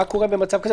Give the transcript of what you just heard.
מה קורה במצב כזה?